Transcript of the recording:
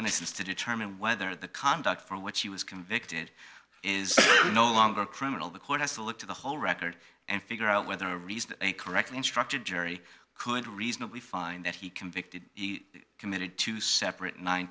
innocence to determine whether the conduct from which he was convicted is no longer criminal the court has to look to the whole record and figure out whether a reason a correctly instructed jury could reasonably find that he convicted he committed two separate nine